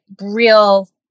real